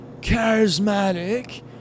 charismatic